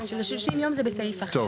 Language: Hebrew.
טוב.